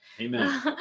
Amen